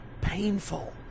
painful